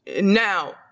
now